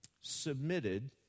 submitted